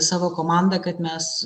savo komandą kad mes